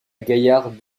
gaillard